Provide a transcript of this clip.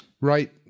right